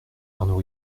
arnaud